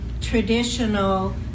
traditional